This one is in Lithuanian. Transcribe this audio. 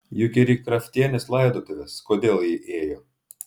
juk ir į kraftienės laidotuvės kodėl ji ėjo